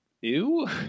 ew